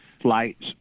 flights